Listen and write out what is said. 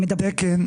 התקינה.